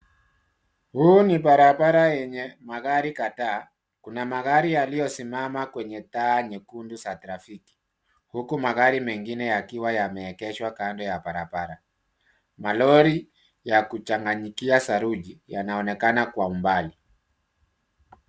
Huu ni barabara yenye magari kadhaa. Kuna magari yaliyosimama kwenye taa nyekundu za trafiki huku magari mengine yakiwa yameegeshwa kando ya barabara. Malori yakuchanganyikia saruji yanaonekana kwa umbali.